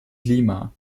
lima